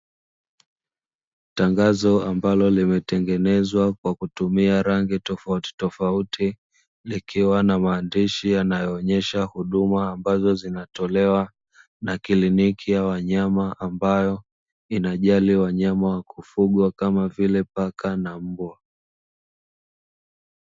Tangazo ambalo limetengenezwa kwa kutumia rangi tofauti tofauti likiwa na maandishi, yanaonesha huduma zikiwa zinatolewa na kliniki ya wanyama ambayo inajali wanyama wa kufugwa kama vile; paka na mbwa.